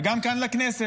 וגם כאן לכנסת.